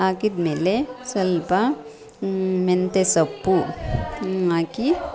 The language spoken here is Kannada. ಹಾಕಿದಮೇಲೆ ಸ್ವಲ್ಪ ಮೆಂತ್ಯೆಸೊಪ್ಪು ಹಾಕಿ